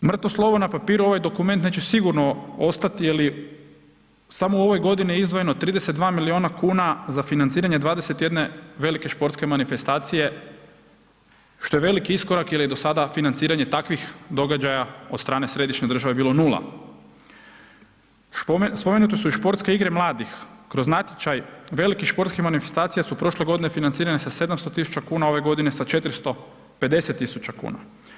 Mrtvo slovo na papiru ovaj dokument neće sigurno ostati jer i samo u ovoj godini je izdvojeno 32 milijuna kuna za financiranje 21 velike športske manifestacije, što je veliki iskorak jer je do sada financiranje takvih događaja od strane središnje države bilo 0. Spomenute su i športske igre mladih kroz natječaj veliki športskih manifestacija su prošle godine financirane sa 700 tisuća kuna, ove godine sa 450 tisuća kuna.